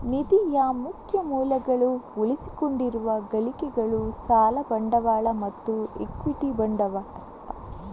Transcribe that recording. ನಿಧಿಯ ಮುಖ್ಯ ಮೂಲಗಳು ಉಳಿಸಿಕೊಂಡಿರುವ ಗಳಿಕೆಗಳು, ಸಾಲ ಬಂಡವಾಳ ಮತ್ತು ಇಕ್ವಿಟಿ ಬಂಡವಾಳ